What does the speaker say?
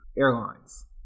airlines